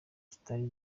kitari